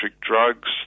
drugs